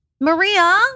Maria